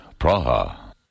Praha. (